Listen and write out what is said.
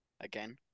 again